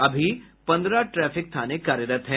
अभी पन्द्रह ट्रैफिक थाने कार्यरत है